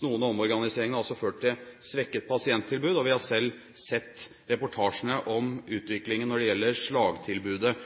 Noen av omorganiseringene har også ført til svekket pasienttilbud, og vi har selv sett reportasjene om utviklingen når det gjelder slagtilbudet,